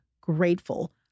grateful